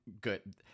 good